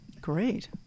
Great